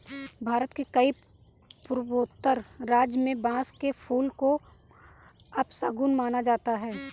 भारत के कई पूर्वोत्तर राज्यों में बांस के फूल को अपशगुन माना जाता है